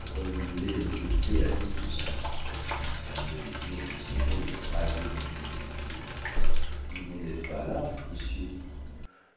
renouveler un effet de douze cents francs dit molineux en exprimant une railleuse incrédulité vous n'en êtes pas là monsieur